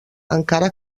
encara